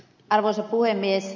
arvoisa puhemies